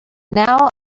now